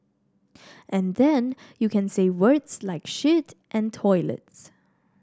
and then you can say words like shit and toilets